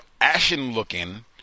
ashen-looking